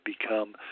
become